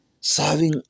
serving